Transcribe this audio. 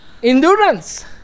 endurance